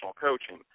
coaching